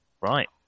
Right